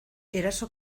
eraso